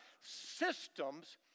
systems